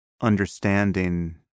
understanding